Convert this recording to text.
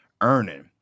Earning